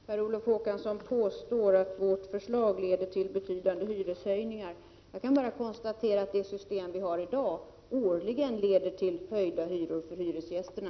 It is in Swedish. Herr talman! Per Olof Håkansson påstår att moderaternas förslag leder till betydande hyreshöjningar. Jag kan bara konstatera att det nuvarande systemet årligen leder till höjda hyror för hyresgästerna.